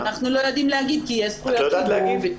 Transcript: אנחנו לא יודעים להגיד כי יש --- את לא יודעת להגיד?